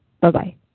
Bye-bye